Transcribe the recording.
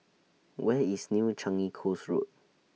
Where IS New Changi Coast Road